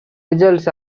results